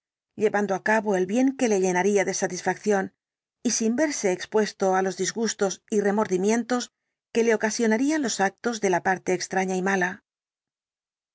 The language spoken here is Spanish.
llevando á cabo el bien que le llenaría de satisfacción y sin verse expuesto á los disgustos y remordimientos que le ocasionarían los actos de la parte extraña y mala